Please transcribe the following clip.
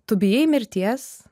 tu bijai mirties